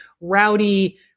rowdy